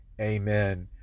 amen